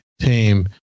team